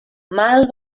mal